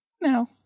No